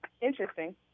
Interesting